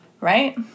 right